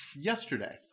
yesterday